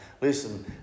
Listen